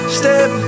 step